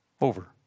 over